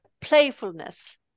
playfulness